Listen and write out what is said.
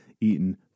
eaten